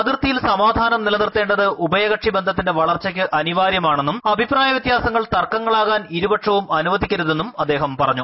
അതിർത്തിയിൽ സമാധാനം നിലനിർത്തേണ്ടത് ഉഭയകക്ഷി ബന്ധ ത്തിന്റെ വളർച്ചയ്ക്ക് അനിവാര്യമാണെന്നും അഭിപ്രായവൃത്യാസ ങ്ങൾ തർക്കങ്ങളാകാൻ ഇരുപക്ഷവും അനുവദിക്കരുതെന്നും അദ്ദേഹം പറഞ്ഞു